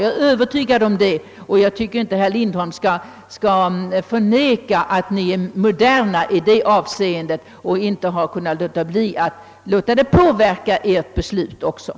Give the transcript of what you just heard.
Jag tycker inte att herr Lindholm skall förneka att ni inom utskottet är moderna i det avseendet och att detta återspeglar sig i ert förslag.